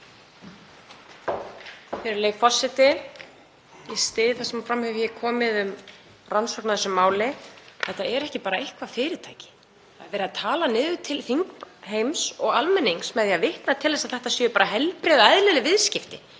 Þetta er ekki bara eitthvert fyrirtæki. Það er verið að tala niður til þingheims og almennings með því að vitna til þess að þetta séu bara heilbrigð og eðlileg viðskipti,